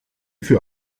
für